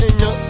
no